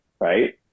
right